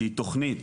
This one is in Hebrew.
שהיא תוכנית